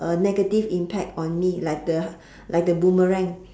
uh negative impact on me like the like the boomerang